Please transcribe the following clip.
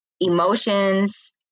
emotions